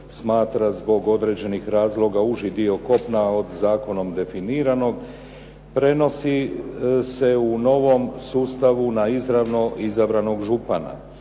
smatra zbog određenih razloga uži dio kopna od zakonom definiranog, prenosi se u novom sustavu na izravno izabranog župana.